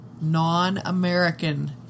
non-American